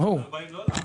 ברור.